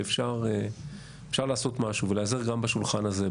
שאפשר לעשות משהו ולהיעזר גם בשולחן הזה.